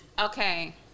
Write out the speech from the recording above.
Okay